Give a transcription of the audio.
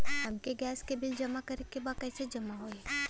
हमके गैस के बिल जमा करे के बा कैसे जमा होई?